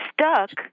Stuck